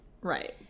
Right